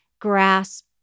grasp